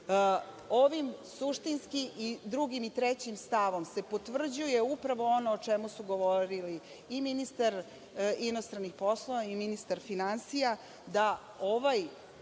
suštinski i drugim i trećim stavom se potvrđuje upravo ono o čemu su govorili i ministar inostranih poslova i ministar finansija da ovaj,